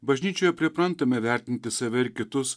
bažnyčioje priprantame vertinti save ir kitus